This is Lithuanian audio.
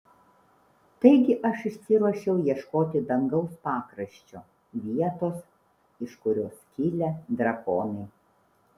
taigi aš išsiruošiau ieškoti dangaus pakraščio vietos iš kurios kilę drakonai